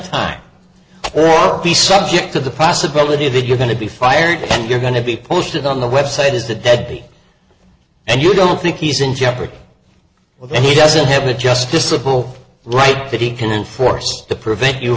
time or be subject to the possibility that you're going to be fired and you're going to be posted on the website is a deadbeat and you don't think he's in jeopardy well then he doesn't have the justice a pole right that he can force to prevent you